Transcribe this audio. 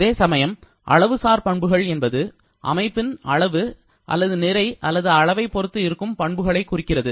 அதேசமயம் அளவு சார் பண்புகள் என்பது அமைப்பின் அளவு அல்லது நிறை அல்லது அளவைப் பொறுத்து இருக்கும் பண்புகளைக் குறிக்கிறது